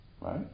right